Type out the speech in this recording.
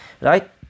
right